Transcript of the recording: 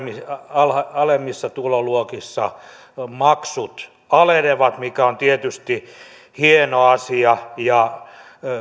alemmissa tuloluokissa maksut alenevat mikä on tietysti hieno asia ja